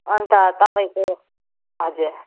अन्त तपाईँको हजुर